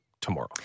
tomorrow